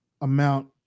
amount